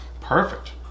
perfect